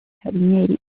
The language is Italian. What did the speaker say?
carabinieri